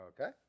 Okay